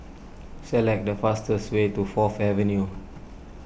select the fastest way to Fourth Avenue